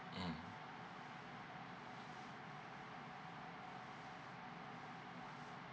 mm